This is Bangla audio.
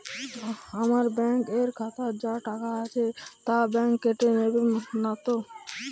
আমার ব্যাঙ্ক এর খাতায় যা টাকা আছে তা বাংক কেটে নেবে নাতো?